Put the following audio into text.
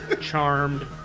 Charmed